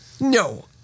No